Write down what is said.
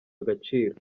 agaciro